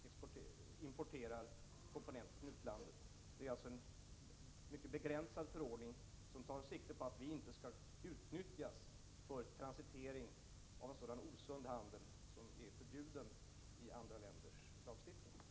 Har jordbruksministern för avsikt att låta undersöka de närmare omständigheterna kring händelsen och Kema Nobels hantering av de stora mängder giftig fenol som används i företagets produktion?